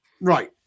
right